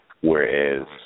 whereas